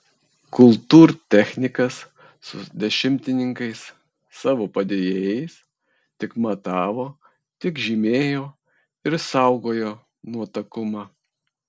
kultūrtechnikas su dešimtininkais savo padėjėjais tik matavo tik žymėjo ir saugojo nuotakumą